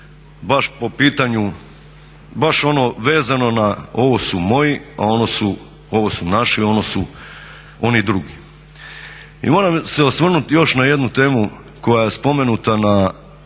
baš po pitanju, baš ono vezano na ovo su moji, ovo su naši, ono su oni drugi. I moram se osvrnuti još na jednu temu koja je spomenuta a